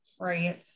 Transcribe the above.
Right